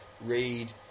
read